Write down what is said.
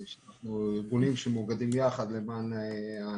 אנחנו מאוגדים יחד למען הענף.